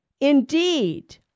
Indeed